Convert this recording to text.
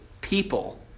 people